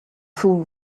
fool